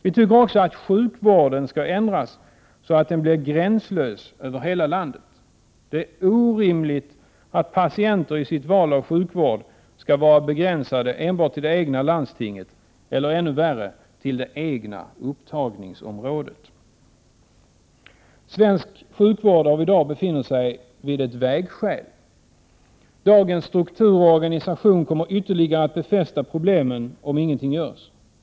Vi tycker också att sjukvården skall ändras så att den blir ”gränslös” över hela landet. Det är orimligt att patienter i sitt val av sjukvård skall vara begränsade enbart till det ”egna” landstinget eller, ännu värre, det ”egna” upptagningsområdet. Svensk sjukvård av i dag befinner sig vid ett vägskäl. Dagens struktur och organisation kommer ytterligare att befästa problemen om ingenting görs.